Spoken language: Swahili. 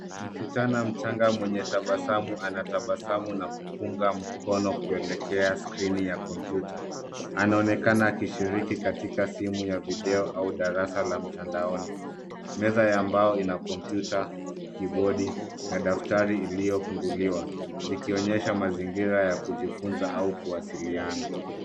Msichana mchanga mwenye tabasamu anatabasamu na kufunga mkono kuelekea skrini ya kompyuta. Anaonekana akishiriki katika simu ya video au darasa ya mtandaoni, meza ya mbao una kompyuta, kibodi, daftari uliofunguliwa zikionyesha mazingira ya kujifunzia au kuwaziliana.